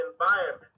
environment